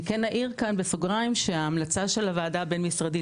אני כן אעיר כאן בסוגריים שההמלצה של הוועדה הבין משרדית